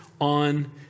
on